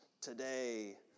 today